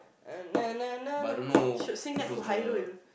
should sing that to Hairul